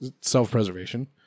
Self-preservation